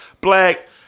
Black